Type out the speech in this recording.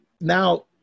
now